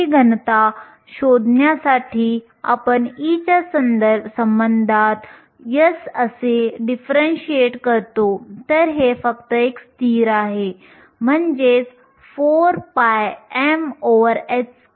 या अभिव्यक्ती एक इलेक्ट्रॉनसाठी आणि एक छिद्रांसाठी आपल्याला वाहक बँडमध्ये इलेक्ट्रॉनचे प्रमाण देते आणि अर्धसंवाहकाच्या व्हॅलन्स बँडमधील छिद्र हे तापमानाचे कार्य करत असते